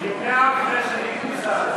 נמנע מפני שאני מקוזז.